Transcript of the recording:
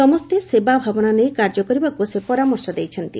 ସମସ୍ତେ ସେବା ଭାବନା ନେଇ କାର୍ଯ୍ୟ କରିବାକୁ ସେ ପରାମର୍ଶ ଦେଇଛନ୍ତି